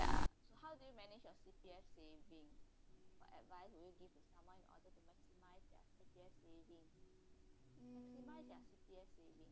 ya